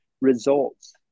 results